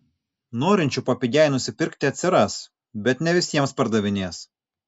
norinčių papigiai nusipirkti atsiras bet ne visiems pardavinės